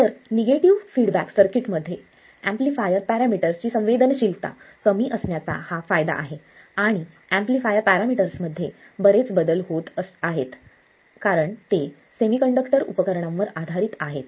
तर negative feedback circuits मध्ये amplifier parameters ची संवेदनशीलता कमी असण्याचा हा फायदा आहे आणि एम्पलीफायर पॅरामीटर्स मध्ये बरेच बदल होत आहेत कारण ते सेमीकंडक्टर उपकरणांवर आधारित आहेत